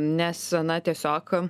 nes na tiesiog